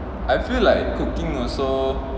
I feel like cooking also